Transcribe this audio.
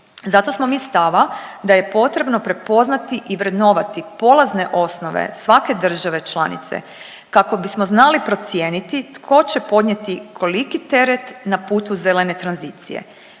Zato smo mi stava da je potrebno prepoznati i vrednovati polazne osnove svake države članice kako bismo znali procijeniti tko će podnijeti koliki teret na putu zelene tranzicije.